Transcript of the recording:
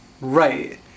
Right